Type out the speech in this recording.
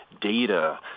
data